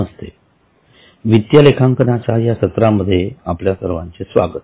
नमस्ते वित्तीय लेखांकनाच्या या सत्रामध्ये आपल्या सर्वांचे स्वागत